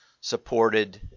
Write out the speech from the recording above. supported